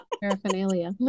paraphernalia